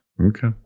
Okay